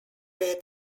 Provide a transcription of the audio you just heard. were